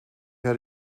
had